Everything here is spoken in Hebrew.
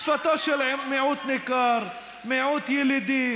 כי זו שפה, שפתו של מיעוט ניכר, מיעוט ילידי,